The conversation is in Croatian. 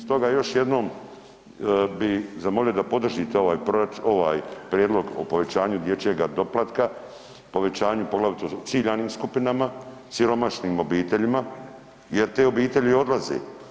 Stoga još jednom bi zamolio da podržite ovaj proračun, ovaj prijedlog o povećanju dječjega doplatka, povećanju poglavito ciljanim skupinama, siromašnim obiteljima jer te obitelji odlaze.